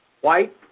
White